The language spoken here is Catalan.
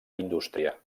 indústria